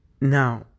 Now